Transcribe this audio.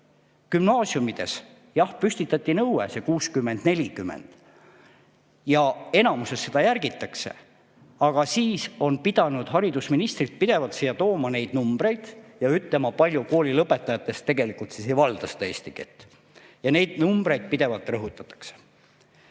Gümnaasiumides püstitati nõue 60 : 40 ja enamasti seda järgitakse. Aga siis on pidanud haridusministrid pidevalt tooma numbreid ja ütlema, kui paljud koolilõpetajatest tegelikult ei valda eesti keelt. Neid numbreid pidevalt rõhutatakse.